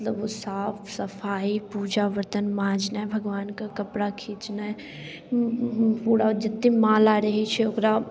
मतलब साफ सफाइ पूजा बर्तन माजनाइ भगवानके कपड़ा खीचनाइ पूरा जतेक माला रहैत छै ओकरा